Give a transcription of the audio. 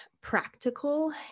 practical